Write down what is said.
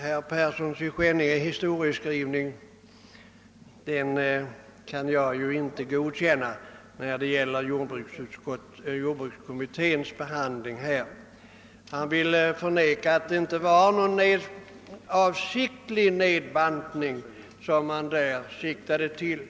Herr Perssons i Skänninge historieskrivning när det gäller 1960 års jordbruksutrednings behandling av ärendet kan jag inte heller godkänna. Han försöker förneka att det skulle vara någon medveten nedbantning som man där siktade till.